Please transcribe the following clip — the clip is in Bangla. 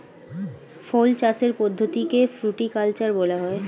ফল চাষের পদ্ধতিকে ফ্রুটিকালচার বলা হয়